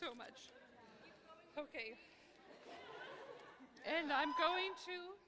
so much ok and i'm going to